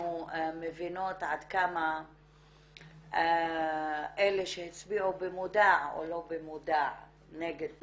מבינות עד כמה אלה שהצביעו במודע או לא במודע נגד